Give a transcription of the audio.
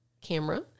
camera